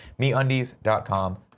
MeUndies.com